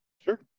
Sure